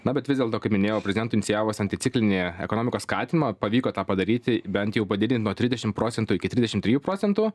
na bet vis dėlto kaip minėjau prezidentui inicijavus anticiklinį ekonomikos skatinimą pavyko tą padaryti bent jau padidint nuo trisdešim procentų iki trisdešim trijų procentų